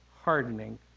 hardening